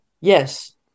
Yes